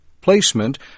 placement